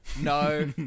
no